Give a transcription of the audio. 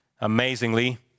Amazingly